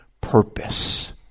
purpose